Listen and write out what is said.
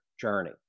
journey